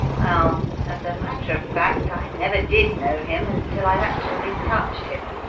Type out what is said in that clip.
well, as a matter of fact, i never did know him until i actually touched him.